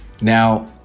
Now